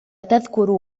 تذكر